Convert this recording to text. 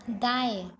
दाएं